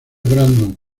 brandon